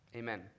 amen